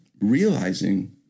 realizing